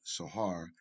Sahar